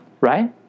right